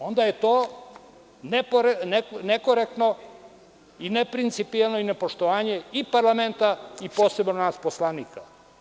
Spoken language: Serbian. Onda je to nekorektno i neprincipijelno i nepoštovanje i parlamenta, a posebno nas poslanika.